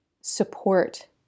support